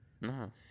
No